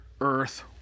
earth